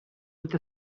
with